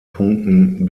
punkten